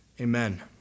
Amen